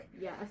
yes